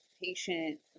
patient